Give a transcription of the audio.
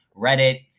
Reddit